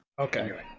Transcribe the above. okay